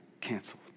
canceled